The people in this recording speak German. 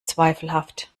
zweifelhaft